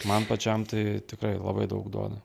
man pačiam tai tikrai labai daug duoda